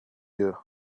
you